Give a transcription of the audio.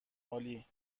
عالی